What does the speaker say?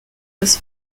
was